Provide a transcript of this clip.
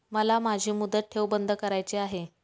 मला माझी मुदत ठेव बंद करायची आहे